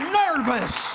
nervous